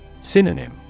Synonym